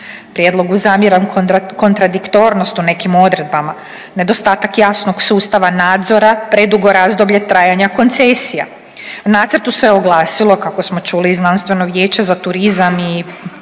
Prijedlogu zamjeram kontradiktornost u nekim odredbama, nedostatak jasnog sustava nadzora, predugo razdoblje trajanja koncesija. Nacrtu se oglasilo kako smo čuli i znanstveno vijeće za turizam i